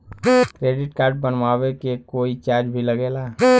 Credit card बनवावे के कोई चार्ज भी लागेला?